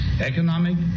economic